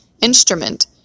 Instrument